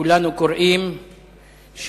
כולנו קוראים,